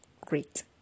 great